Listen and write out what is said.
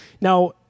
Now